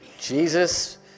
Jesus